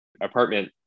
Apartment